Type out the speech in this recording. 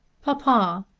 papa,